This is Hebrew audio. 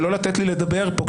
שלא לתת לי לדבר פה,